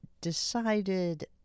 decided